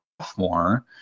sophomore